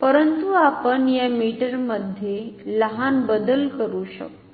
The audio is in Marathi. परंतु आपण या मीटरमध्ये लहान बदल करू शकतो